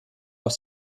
auf